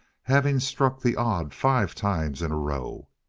having struck the odd five times in a row.